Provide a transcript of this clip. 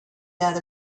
that